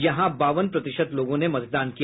यहां बावन प्रतिशत लोगों ने मतदान किया